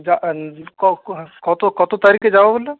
কত কত তারিখে যাব